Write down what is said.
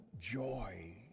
joy